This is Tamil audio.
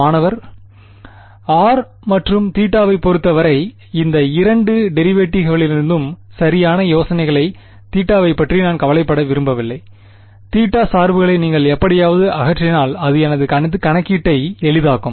மாணவர் r மற்றும் தீட்டாவைப் பொறுத்தவரை இந்த இரண்டு டெரிவேட்டிவ்களிலிருந்தும் சரியான யோசனையான தீட்டாவைப் பற்றி நான் கவலைப்பட விரும்பவில்லை தீட்டா சார்புகளை நீங்கள் எப்படியாவது அகற்றினால் அது எனது கணக்கீட்டை எளிதாக்கும்